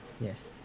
Yes